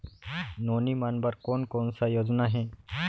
नोनी मन बर कोन कोन स योजना हे?